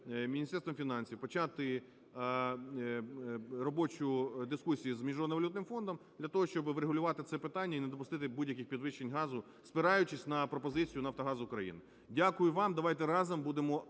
Міністерством фінансів почати робочу дискусію з Міжнародним валютним фондом для того, щоби врегулювати це питання і не допустити будь-яких підвищень газу, спираючись на пропозицію "Нафтогаз України". Дякую вам. Давайте разом будемо